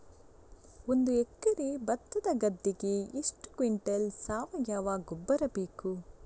ಒಂದು ಎಕರೆ ಭತ್ತದ ಗದ್ದೆಗೆ ಎಷ್ಟು ಕ್ವಿಂಟಲ್ ಸಾವಯವ ಗೊಬ್ಬರ ಬೇಕು?